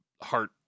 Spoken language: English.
Heart